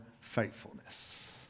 faithfulness